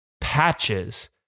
patches